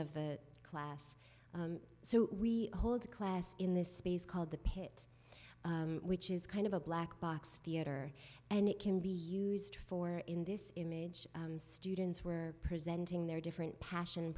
of the class so we hold a class in this space called the pit which is kind of a black box theatre and it can be used for in this image students were presenting their different passion